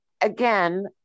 again